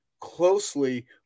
closely